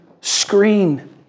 screen